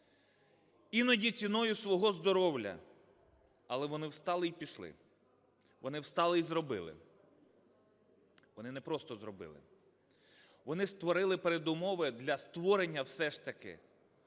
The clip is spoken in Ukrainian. іноді ціною свого здоров'я, але вони встали і пішли, вони встали і зробили, вони не просто зробили - вони створили передумови для створення все ж таки